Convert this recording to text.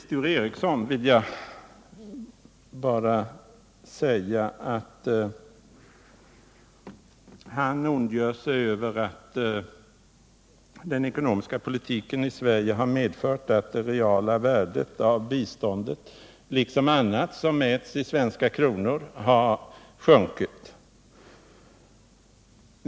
Sture Ericson ondgör sig över att den ekonomiska politiken i Sverige har medfört att det reala värdet av biståndet liksom annat, som mäts i svenska kronor, har sjunkit.